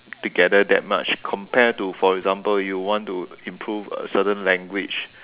together that much compared to for example when you want to improve a certain language